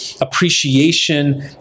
appreciation